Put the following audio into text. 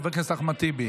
של חברי הכנסת אחמד טיבי